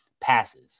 passes